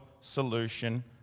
solution